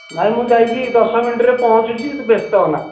ନାଇ ମୁଁ ଯାଇକି ଦଶ ମିନିଟ୍ରେ ପହଁଚୁଛି ତୁ ବ୍ୟସ୍ତ ହନା